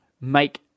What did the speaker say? make